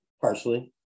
partially